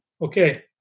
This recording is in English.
okay